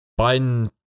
biden